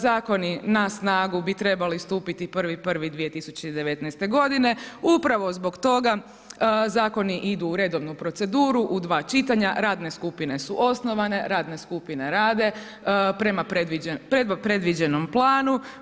Zakoni na snagu bi trebali stupiti 1.1.2019. godine, upravo zbog toga zakoni idu u redovnu proceduru u dva čitanja, radne skupine su osnovane, radne skupine rade prema predviđenom planu.